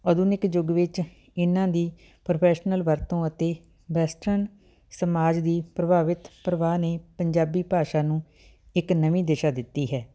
ਆਧੁਨਿਕ ਯੁੱਗ ਵਿੱਚ ਇਹਨਾਂ ਦੀ ਪ੍ਰੋਫੈਸ਼ਨਲ ਵਰਤੋਂ ਅਤੇ ਵੈਸਟਰਨ ਸਮਾਜ ਦੀ ਪ੍ਰਭਾਵਿਤ ਪ੍ਰਵਾਹ ਨੇ ਪੰਜਾਬੀ ਭਾਸ਼ਾ ਨੂੰ ਇੱਕ ਨਵੀਂ ਦਿਸ਼ਾ ਦਿੱਤੀ ਹੈ